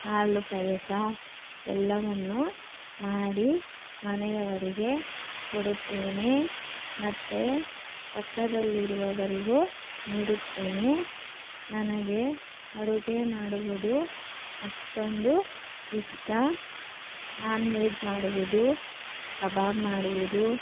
ಹಾಲು ಪಾಯಸ ಎಲ್ಲವನ್ನೂ ಮಾಡಿ ಮನೆಯವರಿಗೆ ಕೊಡುತ್ತೇನೆ ಮತ್ತೆ ಪಕ್ಕದಲ್ಲಿರುವವರಿಗೂ ನೀಡುತ್ತೇನೆ ನನಗೆ ಅಡುಗೆ ಮಾಡುವುದು ಅಷ್ಟೊಂದು ಇಷ್ಟ ನಾನ್ ವೆಜ್ ಮಾಡುವುದು ಕಬಾಬ್ ಮಾಡುವುದು